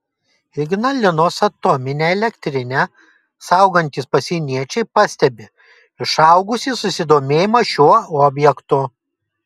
ignalinos atominę elektrinę saugantys pasieniečiai pastebi išaugusį susidomėjimą šiuo objektu